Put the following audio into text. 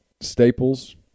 Staples